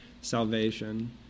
salvation